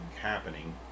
happening